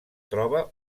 troba